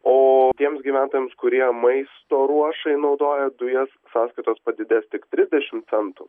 o tiems gyventojams kurie maisto ruošai naudoja dujas sąskaitos padidės tik trisdešim centų